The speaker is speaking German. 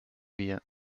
wir